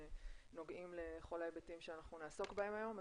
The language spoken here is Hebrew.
שנוגעים לכל ההיבטים שאנחנו נעסוק בהם היום.